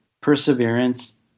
perseverance